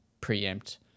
preempt